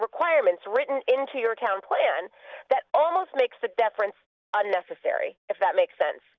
requirements written into your town plan that almost makes the deference unnecessary if that makes sense